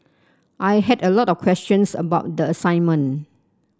I had a lot of questions about the assignment